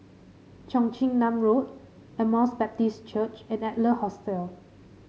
Cheong Chin Nam Road Emmaus Baptist Church and Adler Hostel